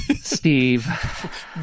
steve